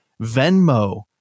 Venmo